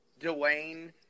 Dwayne